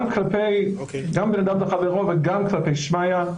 גם בן אדם לחברו וגם כלפי שמיא,